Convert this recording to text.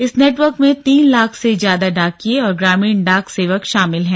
इस नेटवर्क में तीन लाख से ज्यादा डाकिये और ग्रामीण डाक सेवक शामिल हैं